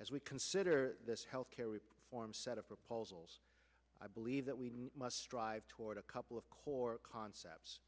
as we consider health care we form a set of proposals i believe that we must strive toward a couple of core concepts